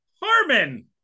Harmon